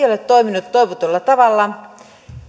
ole toiminut toivotulla tavalla